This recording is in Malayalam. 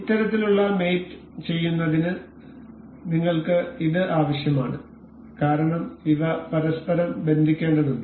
ഇത്തരത്തിലുള്ള മേറ്റ് ചെയ്യുന്നതിന് നിങ്ങൾക്ക് ഇത് ആവശ്യമാണ് കാരണം ഇവ പരസ്പരം ബന്ധിപ്പിക്കേണ്ടതുണ്ട്